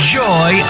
joy